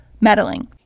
meddling